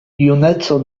juneco